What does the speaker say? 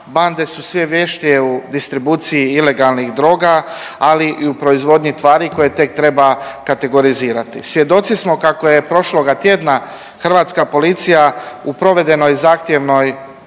banda su sve vještije u distribuciji ilegalnih droga, ali i u proizvodnji tvari koje tek treba kategorizirati. Svjedoci smo kako je prošloga tjedna hrvatska policija u provedenoj zahtjevnoj